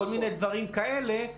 כל מיני דברים כאלה.